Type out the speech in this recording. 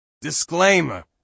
Disclaimer